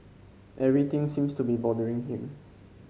everything seems to be bothering him